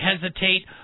hesitate